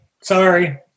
Sorry